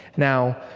now,